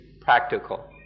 practical